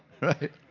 right